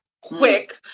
quick